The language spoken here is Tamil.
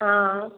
ஆ